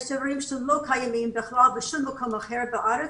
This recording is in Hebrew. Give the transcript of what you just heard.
יש דברים שלא קיימים בכלל בשום מקום אחר בארץ,